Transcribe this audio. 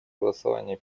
голосование